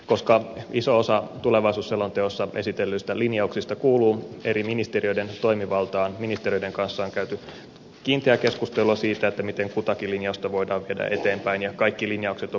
koska iso osa tulevaisuusselonteossa esitellyistä linjauksista kuuluu eri ministeriöiden toimivaltaan ministeriöiden kanssa on käyty kiinteää keskustelua siitä miten kutakin linjausta voidaan viedä eteenpäin ja kaikki linjaukset on vastuutettu